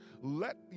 Let